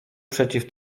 przeciw